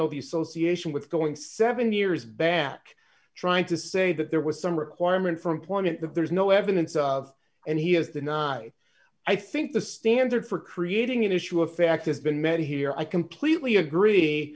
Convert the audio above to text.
know the association with going seven years bannock trying to say that there was some requirement for employment that there's no evidence of and he has the not i think the standard for creating an issue of fact has been met here i completely agree